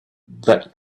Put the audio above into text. that